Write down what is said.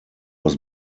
was